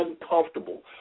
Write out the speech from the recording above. uncomfortable